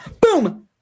Boom